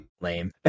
lame